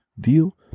deal